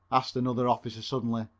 asked another officer suddenly.